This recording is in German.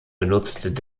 genutzt